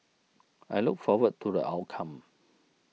I look forward to the outcome